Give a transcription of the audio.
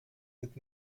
mit